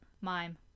mime